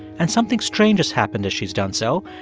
and something strange has happened as she's done so.